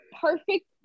perfect